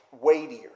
weightier